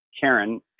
Karen